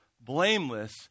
blameless